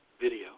video